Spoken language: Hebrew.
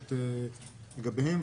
הנדרשת לגביהם.